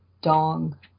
dong